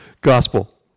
Gospel